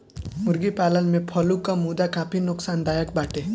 मुर्गी पालन में फ्लू कअ मुद्दा काफी नोकसानदायक बाटे